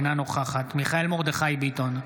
אינה נוכחת מיכאל מרדכי ביטון,